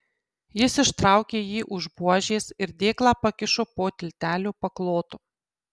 jis ištraukė jį už buožės ir dėklą pakišo po tiltelio paklotu